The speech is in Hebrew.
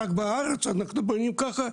רק בארץ אנחנו בונים ככה,